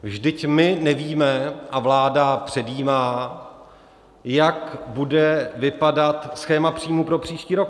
Vždyť my nevíme a vláda předjímá, jak bude vypadat schéma příjmů pro příští rok.